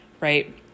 right